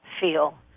feel